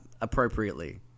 appropriately